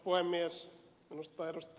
minusta ed